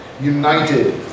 united